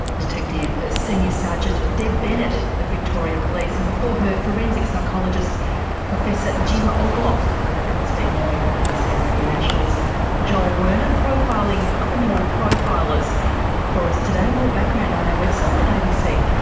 detective ah senior sergeant deb bennett of victoria police and before her forensic psychologist professor jim ogloff both speaking with abc's radio national's joel werner profiling criminal profilers for us today. more background on our website at abc.